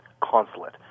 consulate